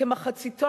כמחציתו,